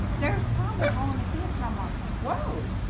there's tommy born to kiss my mom. whoa.